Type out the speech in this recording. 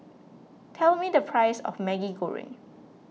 tell me the price of Maggi Goreng